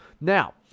Now